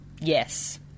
yes